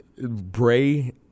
Bray